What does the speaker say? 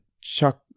Chuck